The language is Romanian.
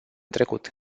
trecut